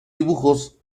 dibujos